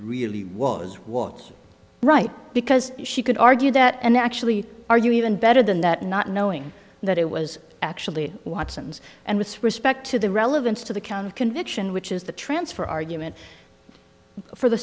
really was was right because she could argue that and actually argue even better than that not knowing that it was actually watson's and with respect to the relevance to the count of conviction which is the transfer argument for the